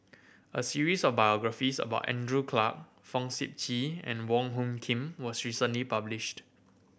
a series of biographies about Andrew Clarke Fong Sip Chee and Wong Hung Khim was recently published